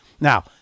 Now